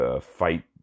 fight